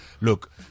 look